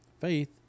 faith